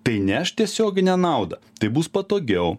tai neš tiesioginę naudą tai bus patogiau